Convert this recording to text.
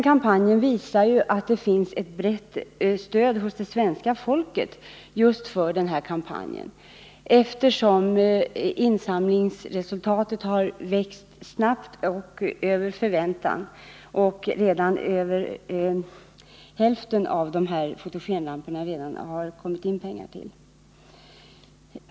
Kampanjen visar att det inom det svenska folket finns ett brett stöd för just det här projektet. Insamlingssumman har växt snabbt och över förväntan. Till över hälften av fotogenlamporna har det redan kommit in pengar.